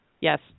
Yes